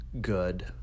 good